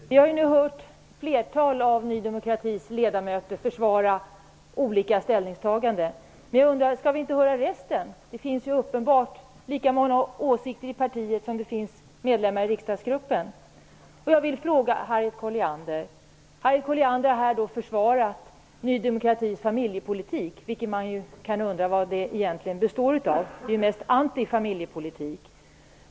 Fru talman! Vi har ju nu hört ett flertal av Ny demokratis ledamöter försvara olika ställningstaganden. Men jag undrar: Skall vi inte få höra också de övrigas uppfattningar? Det finns uppenbarligen lika många åsikter i partiet som det finns medlemmar i riksdagsgruppen. Harriet Colliander har här försvarat Ny demokratis familjepolitik. Man kan undra vad den egentligen består av -- det är ju mest en antifamiljepolitik.